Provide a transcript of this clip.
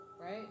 right